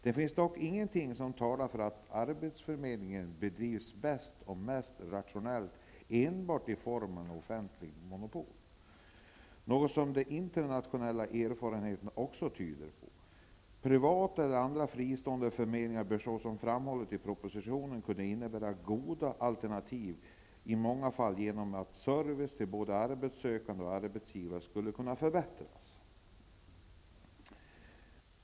Det finns dock ingenting som talar för att arbetsförmedling bedrivs bäst och mest rationellt enbart i form av ett offentligt monopol -- något som de internationella erfarenheterna också tyder på. Privata eller andra fristående förmedlingar bör såsom framhålls i propositionen kunna innebära goda alternativ i många fall genom att servicen till både arbetssökande och arbetsgivare skulle kunna förbättras.''